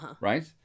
right